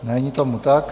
Není tomu tak.